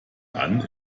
dann